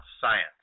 science